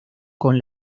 con